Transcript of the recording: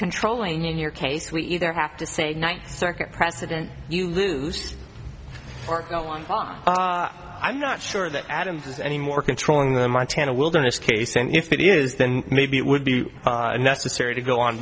controlling in your case we either have to say ninth circuit precedent you lose or no one i'm not sure that adams is any more controlling than montana wilderness case and if it is then maybe it would be necessary to go on